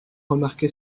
remarqué